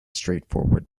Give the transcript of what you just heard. straightforward